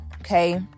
Okay